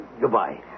Goodbye